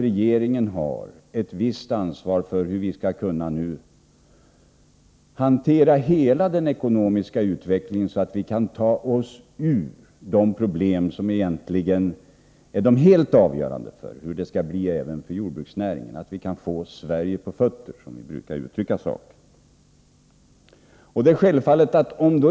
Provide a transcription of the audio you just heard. Regeringen har ansvaret för hur vi skall kunna hantera hela den ekonomiska utvecklingen, så att vi kan ta oss ur de problem som egentligen är helt avgörande för hur det skall bli även för jordbruksnäringen och så att vi kan få Sverige på fötter, som vi brukar uttrycka saken.